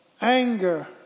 Anger